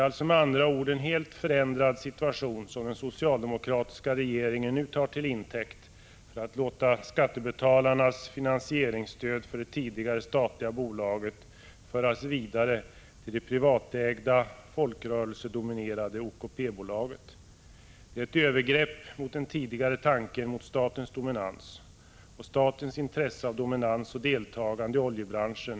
Denna helt förändrade situation tar den socialdemokratiska regeringen nu till intäkt för att låta skattebetalarnas finansieringsstöd för det tidigare statliga bolaget föras vidare till det privatägda, folkrörelsedominerade OKP-bolaget. Det är ett övergrepp mot den tidigare tanken om statens intresse av dominans och deltagande i oljebranschen.